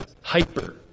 hyper